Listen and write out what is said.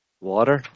Water